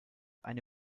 eine